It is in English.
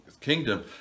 kingdom